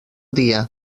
dia